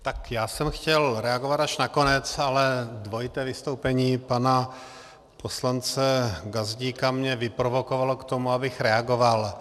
Tak já jsem chtěl reagovat až na konec, ale dvojité vystoupení pana poslance Gazdíka mě vyprovokovalo k tomu, abych reagoval.